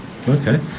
okay